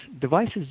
devices